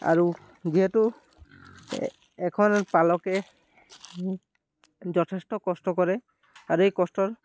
আৰু যিহেতু এজন পালকে যথেষ্ট কষ্ট কৰে আৰু এই কষ্টৰ